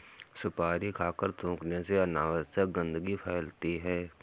सुपारी खाकर थूखने से अनावश्यक गंदगी फैलती है